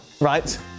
Right